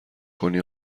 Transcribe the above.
کنی